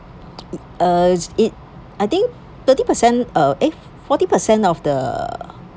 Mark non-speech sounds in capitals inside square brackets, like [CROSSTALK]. [NOISE] uh it I think thirty percent uh eh forty percent of the